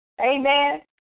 Amen